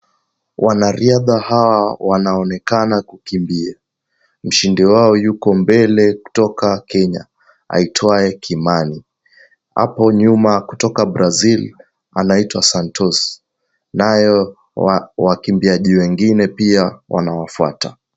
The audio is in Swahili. Wanariadha hawa wanaonekana kukimbia. Mshindi wao yuko mbele kutoka Kenya aitwaye Kimani. Hapo nyuma kutoka Brazil, anaitwa Santos. Nayo wakimbiaji wengine pia wanawafuata.